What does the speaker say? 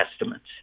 estimates